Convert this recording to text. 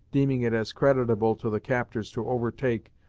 deeming it as creditable to the captors to overtake,